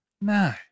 No